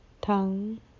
tongue